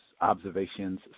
observations